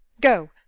Go